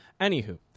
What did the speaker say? Anywho